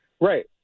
Right